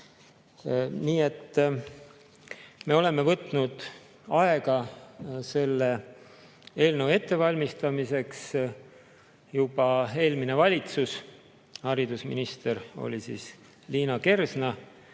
Nii et me oleme võtnud aega selle eelnõu ettevalmistamiseks. Juba eelmine valitsus – haridus‑ ja teadusminister oli siis Liina Kersna